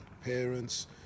Parents